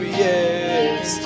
yes